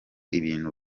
ibintu